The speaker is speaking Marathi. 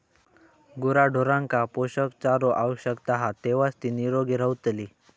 गुराढोरांका पोषक चारो आवश्यक हा तेव्हाच ती निरोगी रवतली